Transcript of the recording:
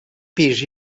pis